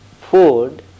food